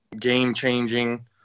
game-changing